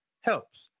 helps